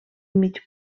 mig